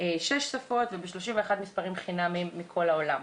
בשש שפות וב-31 מספרים חינמיים מכל העולם.